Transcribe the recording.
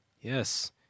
Yes